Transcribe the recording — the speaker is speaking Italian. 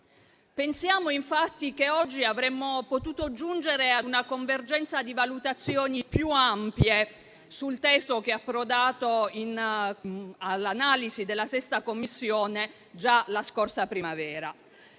Pensiamo che oggi avremmo potuto giungere a una convergenza di valutazioni più ampie sul testo che è approdato all'esame della 6a Commissione già la scorsa primavera.